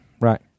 Right